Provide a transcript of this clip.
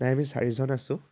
নাই আমি চাৰিজন আছোঁ